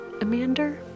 Amanda